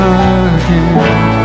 again